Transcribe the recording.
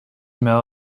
mehr